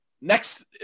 next